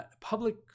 public